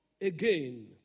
again